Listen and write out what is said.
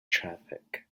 traffic